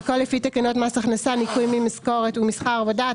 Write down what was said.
הכול לפי תקנות מס הכנסה (ניכוי ממשכורת ומשכר עבודה),